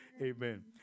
amen